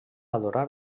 adorar